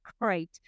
great